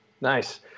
nice